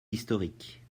historique